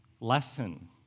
lesson